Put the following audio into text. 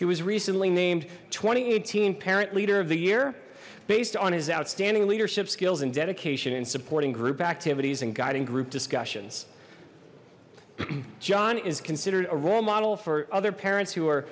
he was recently named two thousand and eighteen parent leader of the year based on his outstanding leadership skills and dedication in supporting group activities and guiding group discussions john is considered a role model for other parents who are